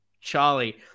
Charlie